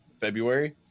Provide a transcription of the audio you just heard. February